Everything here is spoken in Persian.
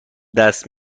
دست